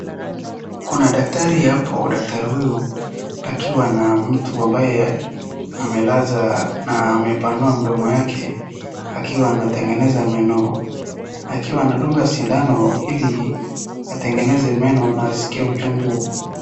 Kuna daktari hapo, daktari huyu akiwa na mtu ambaye amelaza na amepanua mdomo wake, akiwa anatengeneza meno. Akiwa anadunga sindano ili atengeneze meno na asisikie uchungu.